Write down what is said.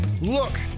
Look